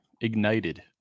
ignited